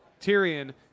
Tyrion